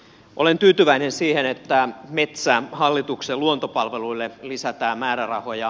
olen tyytyväinen siihen että metsähallituksen luontopalveluille lisätään määrärahoja